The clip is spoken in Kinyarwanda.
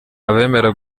abemera